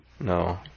no